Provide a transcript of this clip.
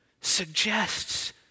suggests